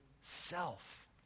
self